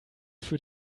für